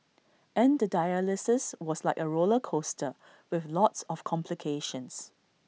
and the dialysis was like A roller coaster with lots of complications